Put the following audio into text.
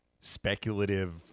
speculative